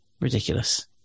Ridiculous